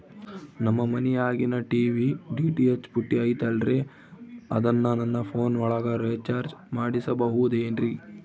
ನಮ್ಮ ಮನಿಯಾಗಿನ TV DTH ಪುಟ್ಟಿ ಐತಲ್ರೇ ಅದನ್ನ ನನ್ನ ಪೋನ್ ಒಳಗ ರೇಚಾರ್ಜ ಮಾಡಸಿಬಹುದೇನ್ರಿ?